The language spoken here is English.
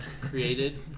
created